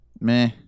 Meh